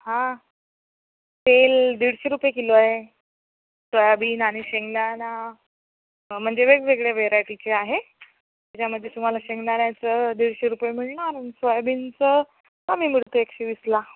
हां तेल दीडशे रुपये किलो आहे सोयाबीन आणि शेंगदाणा म्हणजे वेगवेगळे वेरायटीचे आहे त्याच्यामध्ये तुम्हाला शेंगदाण्याचं दीडशे रुपये मिळणार सोयाबीनचं कमी मिळते एकशे वीसला